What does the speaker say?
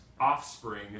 offspring